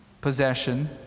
possession